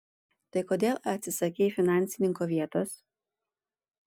tai kodėl atsisakei finansininko vietos